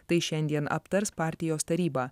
tai šiandien aptars partijos taryba